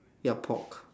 ya pork